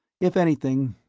if anything,